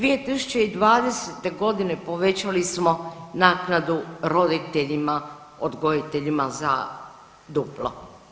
2020. g. povećali smo naknadu roditelji odgojiteljima za duplo.